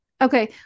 okay